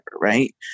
right